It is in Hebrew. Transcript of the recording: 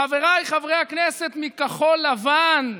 חבריי חברי הכנסת מכחול לבן,